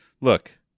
look